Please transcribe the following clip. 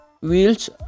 wheels